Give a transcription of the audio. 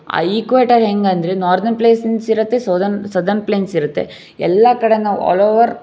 ಆ ಈಕ್ವೇಟರ್ ಹೇಗಂದ್ರೆ northern plains ಇರುತ್ತೆ ಸೌದನ್ ಸೌದರ್ನ್ ಪ್ಲೇನ್ಸ್ ಇರುತ್ತೆ ಎಲ್ಲಾ ಕಡೆ ನಾವು ಆಲ್ ಓವರ್